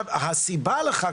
הסיבה לכך,